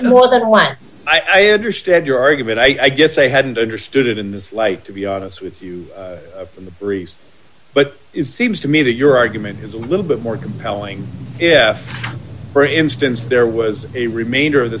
it more than once i understand your argument i guess i hadn't understood it in this light to be honest with you in the breeze but it seems to me that your argument is a little bit more compelling if for instance there was a remainder of the